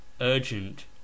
urgent